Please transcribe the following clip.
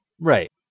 Right